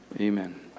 Amen